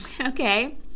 okay